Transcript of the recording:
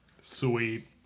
Sweet